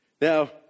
Now